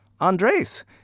Andres